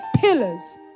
pillars